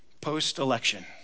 Post-election